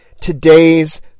today's